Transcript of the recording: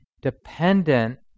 dependent